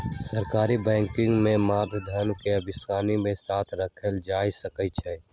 सरकारी बैंकवन में मांग धन के आसानी के साथ रखल जा सका हई